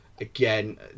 again